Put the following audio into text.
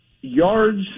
Yards